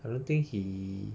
I don't think he